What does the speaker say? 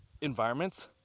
environments